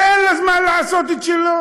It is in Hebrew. תן לזמן לעשות את שלו.